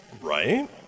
Right